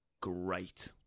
great